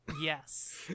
Yes